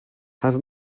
have